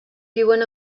viuen